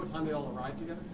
they arrived here?